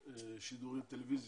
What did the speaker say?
דוד,